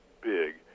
big